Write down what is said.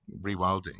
rewilding